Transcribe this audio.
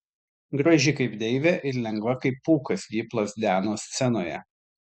graži kaip deivė ir lengva kaip pūkas ji plazdeno scenoje